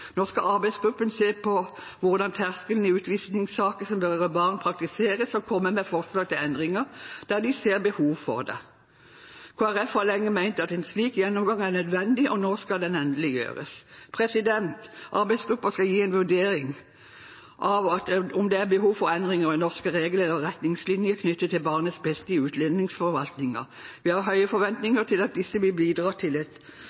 Nå skal arbeidsgruppen se på hvordan terskelen i utvisningssaker som berører barn, praktiseres, og komme med forslag til endringer der de ser behov for det. Kristelig Folkeparti har lenge ment at en slik gjennomgang er nødvendig, og nå skal den endelig gjøres. Arbeidsgruppen skal gi en vurdering av om det er behov for endringer i norske regler eller retningslinjer knyttet til barnets beste i utlendingsforvaltningen. Vi har høye forventninger til